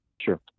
sure